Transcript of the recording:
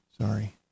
Sorry